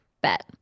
Bet